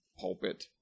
pulpit